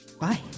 Bye